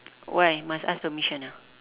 why must ask permission ah